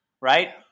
Right